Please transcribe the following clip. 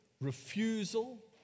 refusal